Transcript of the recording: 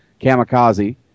Kamikaze